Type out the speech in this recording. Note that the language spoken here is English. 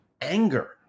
anger